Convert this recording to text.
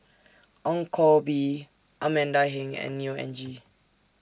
Ong Koh Bee Amanda Heng and Neo Anngee